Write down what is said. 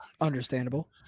Understandable